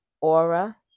aura